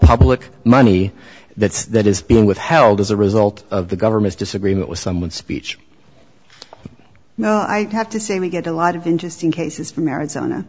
public money that that is being withheld as a result of the government's disagreement with someone speech well i have to say we get a lot of interesting cases from arizona